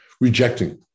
rejecting